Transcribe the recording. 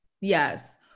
yes